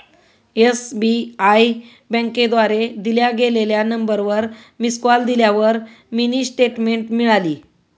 SBI बँकेद्वारे दिल्या गेलेल्या नंबरवर मिस कॉल दिल्यावर मिनी स्टेटमेंट मिळाली